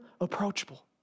approachable